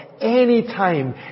anytime